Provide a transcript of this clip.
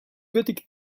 gothic